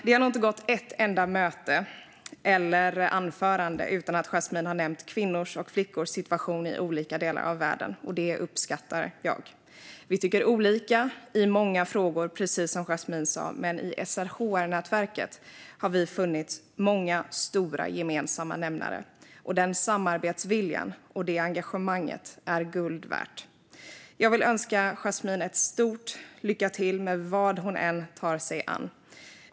Det har nog inte varit ett enda möte, eller anförande, utan att Yasmine har nämnt kvinnors och flickors situation i olika delar av världen, och det uppskattar jag. Vi tycker olika i många frågor, precis som Yasmine sa, men i SRHR-nätverket har vi funnit många stora gemensamma nämnare, och den samarbetsviljan och det engagemanget är guld värt. Jag vill önska Yasmine ett stort lycka till med vad hon än tar sig an.